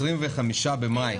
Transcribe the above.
ב-25 במאי